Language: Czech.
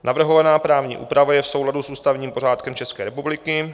Navrhovaná právní úprava je v souladu s ústavním pořádkem České republiky.